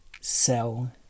sell